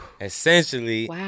essentially